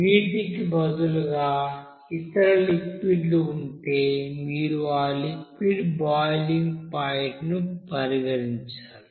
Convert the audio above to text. నీటికి బదులుగా ఇతర లిక్విడ్ లు ఉంటే మీరు ఆ లిక్విడ్ బాయిలింగ్ పాయింట్ ను పరిగణించాలి